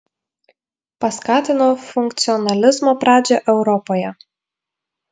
paskatino funkcionalizmo pradžią europoje